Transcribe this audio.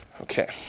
Okay